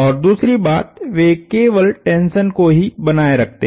और दूसरी बात वे केवल टेंशन को ही बनाए रखते हैं